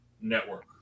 Network